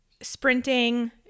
sprinting